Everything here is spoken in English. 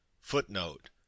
footnote